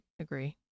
agree